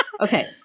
Okay